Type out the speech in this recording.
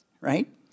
Right